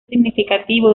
significativo